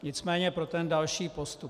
Nicméně pro další postup.